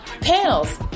panels